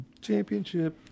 Championship